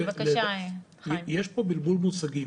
יש פה בלבול מושגים,